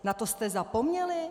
Na to jste zapomněli?